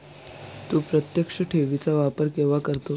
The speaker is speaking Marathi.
तू प्रत्यक्ष ठेवी चा वापर केव्हा करतो?